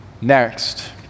Next